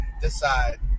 decide